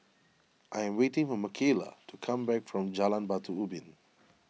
I am waiting for Makayla to come back from Jalan Batu Ubin